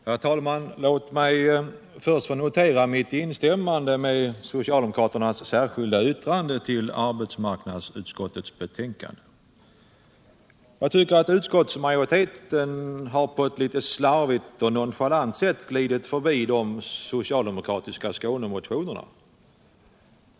Herr talman! Låt mig först notera mitt instämmande i socialdemokraternas särskilda yttrande vid arbetsmarknadsutskottets betänkande. Jag tycker att utskottsmajoriteten på ett litet slarvigt och nonchalant sätt har glidit förbi de socialdemokratiska Skånemotionerna.